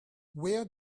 wear